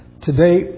Today